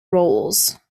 roles